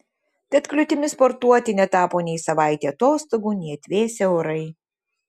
tad kliūtimi sportuoti netapo nei savaitė atostogų nei atvėsę orai